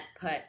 put